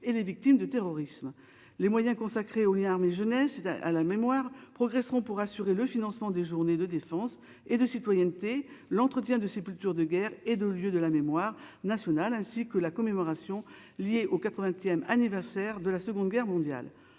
et les victimes de terrorisme, les moyens consacrés au armée jeunesse à la mémoire progresseront pour assurer le financement des journées de défense et de citoyenneté, l'entretien de plus dur de guerre et de lieu, de la mémoire nationale ainsi que la commémoration lié au 80ème anniversaire de la seconde guerre mondiale,